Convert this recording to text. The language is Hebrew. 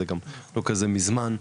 זה גם לא כזה מזמן,